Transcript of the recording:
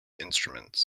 instruments